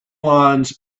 lines